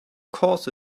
course